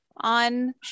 On